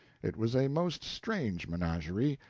it was a most strange menagerie.